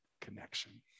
connection